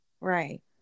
Right